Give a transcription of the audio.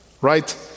Right